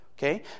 Okay